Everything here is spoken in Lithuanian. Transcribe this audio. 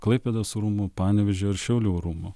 klaipėdos rūmų panevėžio ir šiaulių rūmų